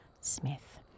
Smith